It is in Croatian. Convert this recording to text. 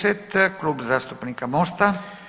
10., Klub zastupnika Mosta.